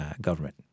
government